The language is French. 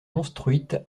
construites